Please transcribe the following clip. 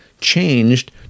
changed